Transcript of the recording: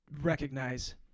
recognize